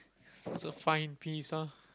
it's a fine piece ah